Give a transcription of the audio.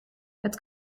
het